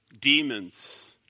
Demons